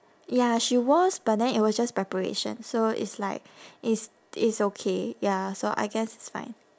ya she was but then it was just preparation so it's like it's it's okay ya so I guess it's fine